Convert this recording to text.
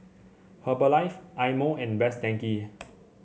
Herbalife Eye Mo and Best Denki